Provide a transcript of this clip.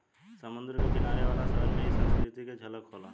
समुंद्र के किनारे वाला शहर में इ संस्कृति के झलक होला